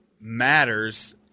matters